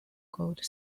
gold